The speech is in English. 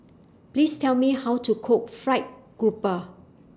Please Tell Me How to Cook Fried Grouper